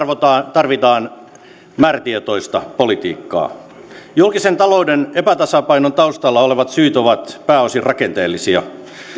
tarvitaan määrätietoista politiikkaa julkisen talouden epätasapainon taustalla olevat syyt ovat pääosin rakenteellisia